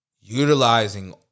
Utilizing